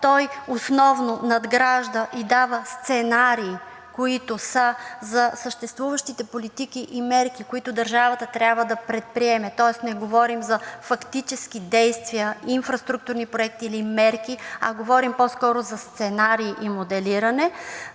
той основно надгражда и дава сценарии, които са за съществуващите политики и мерки, които държавата трябва да предприеме, тоест не говорим за фактически действия, инфраструктурни проекти или мерки, а говорим по-скоро за сценарий и моделиране,